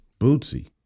Bootsy